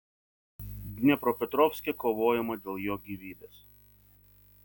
dniepropetrovske kovojama dėl jo gyvybės